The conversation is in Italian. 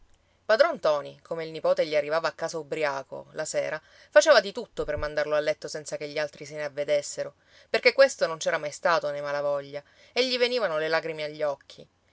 padron ntoni come il nipote gli arrivava a casa ubbriaco la sera faceva di tutto per mandarlo a letto senza che gli altri se ne avvedessero perché questo non c'era mai stato nei malavoglia e gli venivano le lagrime agli occhi